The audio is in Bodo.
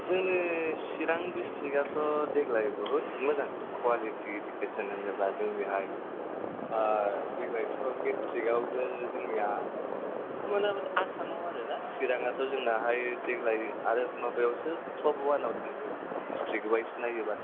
जोंनि चिरां दिथ्रिकआथ' देग्लाय बुहुत मोजां कवालिटि इदुकेसन होनोब्ला जोंनिहाय देग्लायथ' मेट्रिकआवबो जोंनिया मथा मथि आसामआव आरो ना चिरांआथ' जोंनाहाय देग्लाय आरो माबायावसो टप अवानआव थांदों दिसथ्रक वाइस नायोबा